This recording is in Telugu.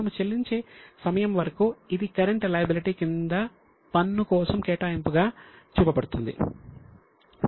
మనము చెల్లించే సమయం వరకు ఇది కరెంట్ లయబిలిటీ క్రింద పన్ను కోసం కేటాయింపుగా చూపబడుతుంది